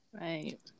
Right